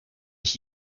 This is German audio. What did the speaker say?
ich